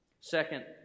Second